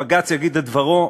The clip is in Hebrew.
בג"ץ יגיד את דברו.